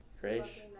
Grace